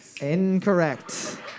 Incorrect